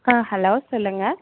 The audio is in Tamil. ஆ ஹலோ சொல்லுங்கள்